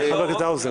האוזר.